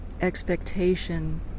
expectation